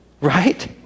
Right